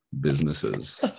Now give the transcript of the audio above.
businesses